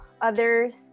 others